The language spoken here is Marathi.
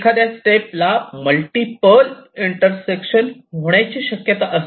एखाद्या स्टेप ला मल्टिपल इंटरसेक्शन होण्याचे शक्यता असते